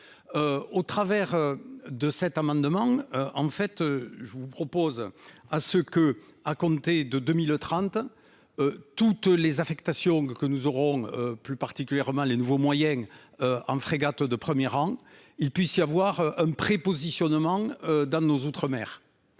Au travers de cet amendement. En fait, je vous propose à ce que, à compter de 2030. Toutes les affectations que nous aurons plus particulièrement les nouveaux moyens. En 2 frégates de 1er rang, il puisse y avoir un prépositionnement dans nos outre-mer.